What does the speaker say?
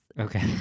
Okay